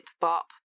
BOP